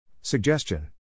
Suggestion